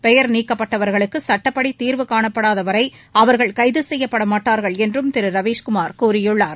பெயர் நீக்கப்பட்டவர்களுக்கு சட்டப்படி தீர்வுகாணப்படாத வரை அவர்கள் கைது செய்யப்படமாட்டார்கள் என்றும் திரு ரவிஸ்குமார் கூறியுள்ளார்